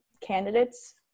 candidates